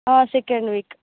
second week